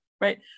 right